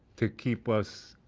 to keep us